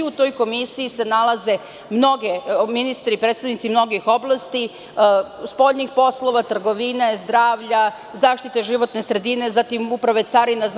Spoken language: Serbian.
U toj Komisiji se nalaze ministri i predstavnici mnogih oblasti, spoljnih poslova, trgovine, zdravlja, zaštite životne sredine, Uprave carina itd.